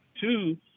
two